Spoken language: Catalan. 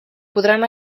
podran